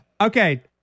Okay